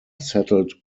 settled